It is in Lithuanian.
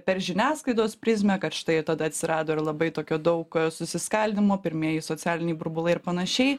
per žiniasklaidos prizmę kad štai tada atsirado ir labai tokio daug susiskaldymo pirmieji socialiniai burbulai ir panašiai